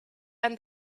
and